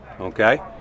Okay